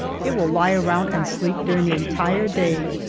it will lie around and sleep during the entire day,